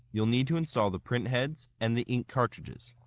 you'll need to install the print heads and the ink cartridges.